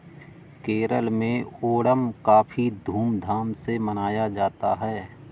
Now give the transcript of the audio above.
केरल में ओणम काफी धूम धाम से मनाया जाता है